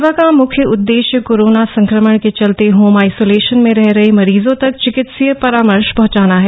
सेवा का मुख्य उद्देश्य कोरोना संक्रमण के चलते होम आइसोलेशन में रह रहे मरीजों तक चिकित्सकीय परामर्श पहॅचाना है